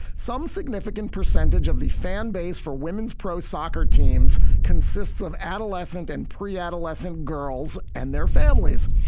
some significant percentage of the fan base for women's pro soccer teams consists of adolescent and pre-adolescent girls and their families.